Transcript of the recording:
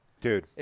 Dude